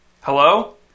Hello